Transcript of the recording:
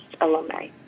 alumni